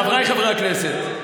חבריי חברי הכנסת,